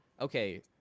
okay